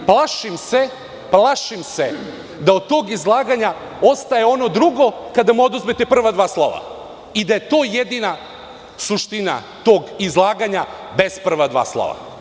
Plašim se da od tog izlaganja ostaje ono drugo kada mu oduzmete prva dva slova i da je to jedina suština tog izlaganja bez prva dva slova.